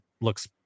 looks